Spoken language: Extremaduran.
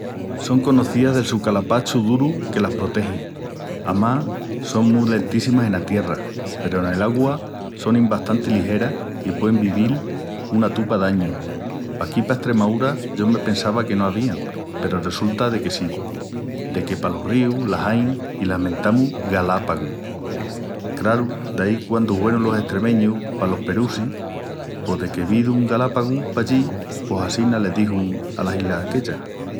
Son conocías del su calapachu duru que las protegi. Amás, son mu lentíssimas en tierra, peru nel augua sonin bastanti ligeras i puein vivil una tupa d'añus. Paquí pa Estremaúra yo me pensava que no avían peru resulta de que sí, de que palos ríus las ain i las mentamus galápagus. Craru, daí quandu huerun los estremeñus palos perusis pos deque vidun galápagus pos pallí pos assina le dixun alas islas aquellas.